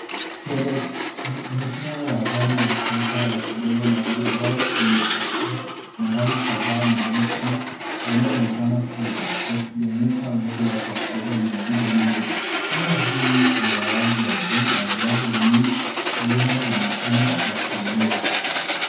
Sherehekea ya gari la kisasa la kubeba magari ambayo imepakiwa magari kadhaa meusi yanayoonekana kubwa yakionyesha uwezo wake wa kubeba mizigo mingi. Trela hili ni la rangi ya buluu na viwango viwili vyumo na mifumo ya kuinua.